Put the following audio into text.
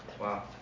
Wow